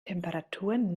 temperaturen